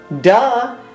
Duh